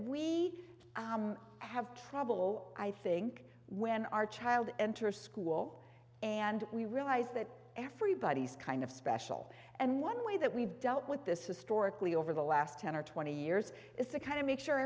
we have trouble i think when our child enters school and we realize that everybody's kind of special and one way that we've dealt with this historically over the last ten or twenty years is a kind of make sure